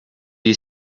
you